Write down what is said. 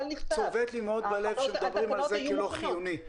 צובט לי מאוד בלב כאשר מדברים על זה כמשהו לא חיוני.